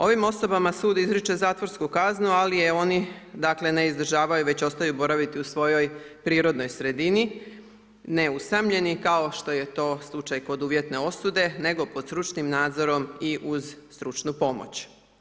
Ovim osobama sud izriče zatvorsku kaznu ali je oni ne izdržavaju već ostaju boraviti u svojoj prirodnoj sredini, ne usamljeni kao što je to slučaj kod uvjetne osude nego pod stručnim nadzorom i uz stručnu pomoć.